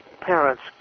parents